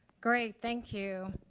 great. thank you.